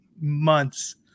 months